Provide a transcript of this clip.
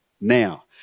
now